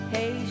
Hey